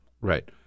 right